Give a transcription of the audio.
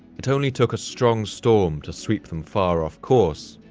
it only took a strong storm to sweep them far off course,